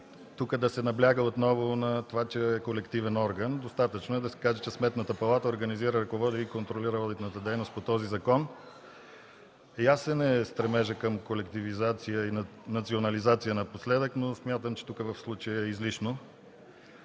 да се набляга отново, че е колективен орган. Достатъчно е да се каже „Сметната палата организира, ръководи и контролира одитната дейност по този закон”. Ясен е стремежът към колективизация и национализация напоследък, но смятам, че в случая е излишно.